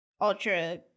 ultra